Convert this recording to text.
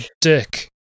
dick